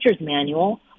manual